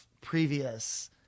previous